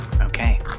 Okay